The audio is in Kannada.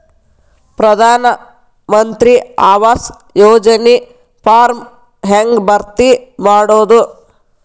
ಪ್ರಧಾನ ಮಂತ್ರಿ ಆವಾಸ್ ಯೋಜನಿ ಫಾರ್ಮ್ ಹೆಂಗ್ ಭರ್ತಿ ಮಾಡೋದು?